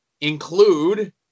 include